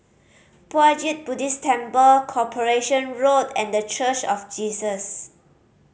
Puat Jit Buddhist Temple Corporation Road and The Church of Jesus